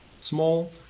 Small